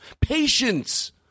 Patience